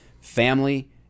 family